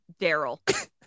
Daryl